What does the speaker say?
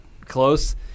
close